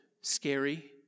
scary